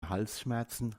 halsschmerzen